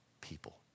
people